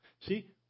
See